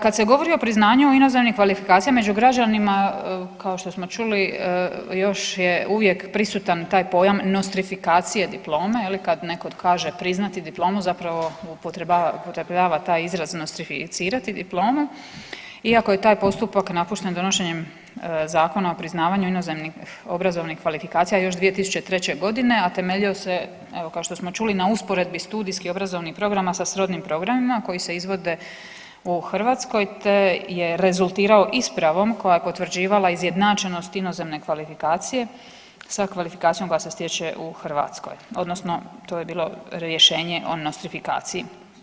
Kad se govori o priznanju u inozemnim kvalifikacijama među građanima kao što smo čuli još je uvijek prisutan taj pojam nostrifikacije diplome je li kad neko kaže priznati diplomu zapravo upotrebljava taj izraz nostrificirati diplomu iako je taj postupak napušten donošenjem Zakona o priznavanju inozemnih obrazovnih kvalifikacija još 2003.g., a temeljio se evo kao što smo čuli na usporedbi studijski obrazovnih programa sa srodnim programima koji se izvode u Hrvatskoj, te je rezultirao ispravom koja je potvrđivala izjednačenost inozemne kvalifikacije sa kvalifikacijom koja se stječe u Hrvatskoj odnosno to je bilo rješenje o nostrifikaciji.